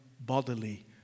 bodily